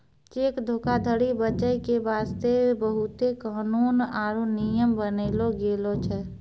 cheque धोखाधरी बचै के बास्ते बहुते कानून आरु नियम बनैलो गेलो छै